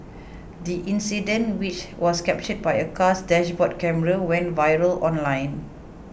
the incident which was captured by a car's dashboard camera went viral online